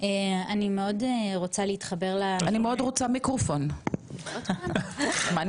אני אומרת את זה בדיוק מהכובע של מי